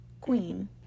queen